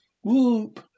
whoop